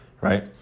right